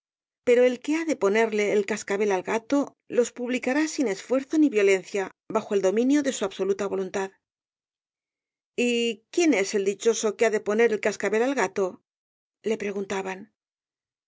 pero el que ha de ponerle el cascabel al gato los publicará sin esfuerzo ni violencia bajo el dominio de su absoluta voluntad y quién es el dichoso que ha de poner el cascabel al gato le preguntaban